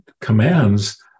commands